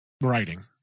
writing